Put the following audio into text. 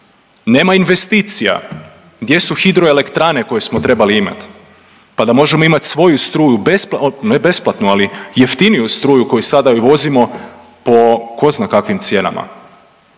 Nema investicija. Gdje su hidroelektrane koje smo trebali imat pa da možemo imati svoju struju, ne besplatno, ali jeftiniju struju koju sada uvozimo po ko zna kakvim cijenama?